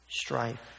strife